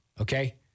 okay